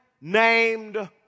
named